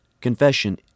Confession